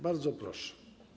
Bardzo proszę.